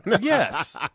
yes